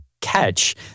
catch